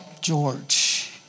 George